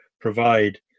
provide